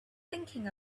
thinking